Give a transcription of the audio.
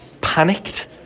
panicked